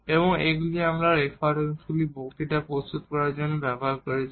এবং এইগুলি আমরা রেফারেন্সগুলি বক্তৃতা প্রস্তুত করার জন্য ব্যবহার করেছি